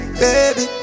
baby